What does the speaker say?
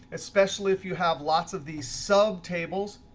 especially if you have lots of these sub tables.